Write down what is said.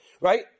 right